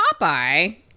Popeye